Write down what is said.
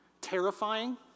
Terrifying